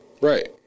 right